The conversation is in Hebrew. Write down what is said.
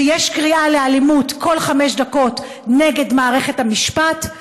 כשיש קריאה לאלימות כל חמש דקות נגד מערכת המשפט,